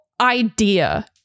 idea